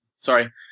sorry